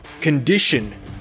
condition